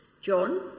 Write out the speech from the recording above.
John